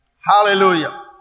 Hallelujah